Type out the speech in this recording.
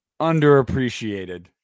Underappreciated